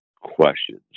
questions